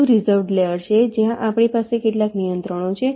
બીજું reserved layer છે જ્યાં આપણી પાસે કેટલાક નિયંત્રણો છે